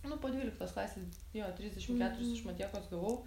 nu po dvyliktos klasės jo trisdešimt keturis iš matiekos gavau